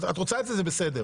את רוצה את זה זה בסדר.